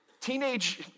teenage